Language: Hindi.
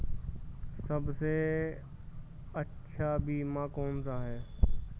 सबसे अच्छा बीमा कौन सा है?